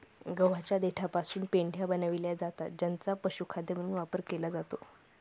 गव्हाच्या देठापासून पेंढ्या बनविल्या जातात ज्यांचा पशुखाद्य म्हणून वापर केला जातो